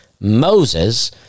Moses